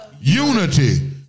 Unity